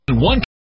one